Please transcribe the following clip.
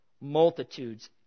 multitudes